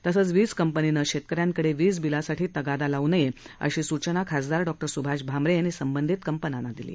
तसंच वीज कंपनीनं शेतकऱ्यांकडे वीज बिलासाठी तगादा लावू नये अशा सूचना खासदार डॉक्टर सुभाष भामरे यांनी संबंधित कंपन्यांना दिल्या